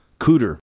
Cooter